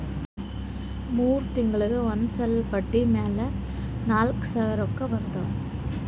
ಮೂರ್ ತಿಂಗುಳಿಗ್ ಒಂದ್ ಸಲಾ ಬಡ್ಡಿ ಮ್ಯಾಲ ನಾಕ್ ಸಾವಿರ್ ರೊಕ್ಕಾ ಬರ್ತಾವ್